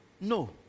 No